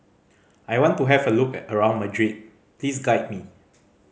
I want to have a look around Madrid please guide me